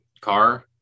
car